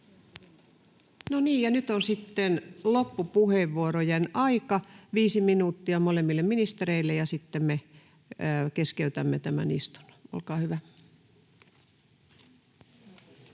No niin, ja nyt on sitten loppupuheenvuorojen aika. Viisi minuuttia molemmille ministereille, ja sitten me keskeytämme tämän istunnon. — Olkaa hyvä.